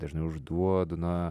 dažnai užduodu na